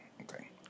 Okay